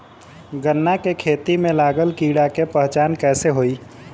गन्ना के खेती में लागल कीड़ा के पहचान कैसे होयी?